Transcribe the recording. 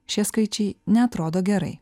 šie skaičiai neatrodo gerai